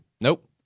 nope